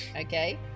okay